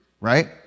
right